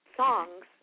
songs